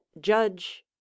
judge